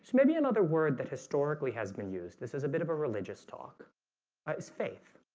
maybe another word that historically has been used. this is a bit of a religious talk ah it's faith